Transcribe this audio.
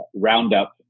roundup